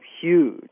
huge